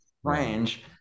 strange